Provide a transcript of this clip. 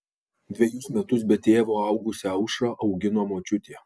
dvejus metus be tėvo augusią aušrą augino močiutė